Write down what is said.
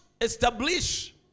establish